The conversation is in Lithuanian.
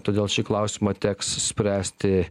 todėl šį klausimą teks spręsti